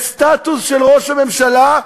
בסטטוס של ראש הממשלה,